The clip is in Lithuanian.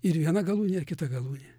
ir viena galūnė ir kita galūnė